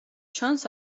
ჩანს